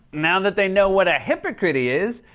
now that they know what a hypocrite he is,